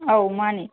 ꯑꯧ ꯃꯥꯅꯤ